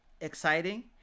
exciting